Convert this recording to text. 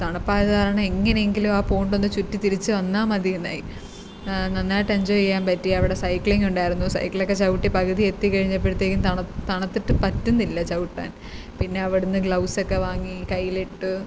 തണുപ്പായത് കാരണം എങ്ങനെ എങ്കിലും ആ പോണ്ടോന്ന് ചുറ്റി തിരിച്ച് വന്നാൽ മതി എന്നായി നന്നായിട്ട് എൻജോയ് ചെയ്യാൻ പറ്റി അവിടെ സൈക്ലിങ്ങ് ഉണ്ടായിരുന്നു സൈക്കിളൊക്കെ ചവിട്ടി പകുതി എത്തി കഴിഞ്ഞപ്പോഴത്തേക്കും തണുത്തിട്ട് പറ്റുന്നില്ല ചവിട്ടാൻ പിന്നെ അവിടെ നിന്ന് ഗ്ലൗസൊക്കെ വാങ്ങി കൈയിലിട്ടു